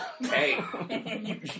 Hey